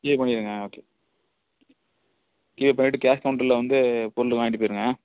clear பண்ணிருங்க okay clear பண்ணிட்டு cash கவுண்டரில் வந்து பொருள் வாங்கிட்டு போயிடுங்க